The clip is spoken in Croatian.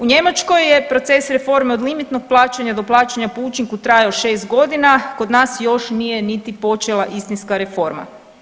U Njemačkoj je proces reforme od limitnog plaćanja do plaćanja po učinku trajao 6.g., kod nas još nije niti počela istinska reforma.